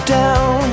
down